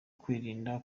kwirinda